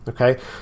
okay